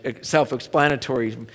self-explanatory